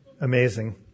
Amazing